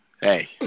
Hey